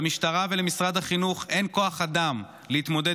למשטרה ולמשרד החינוך אין כוח אדם להתמודד